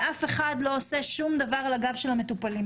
ואף אחד לא עושה שום דבר על הגב של המטופלים,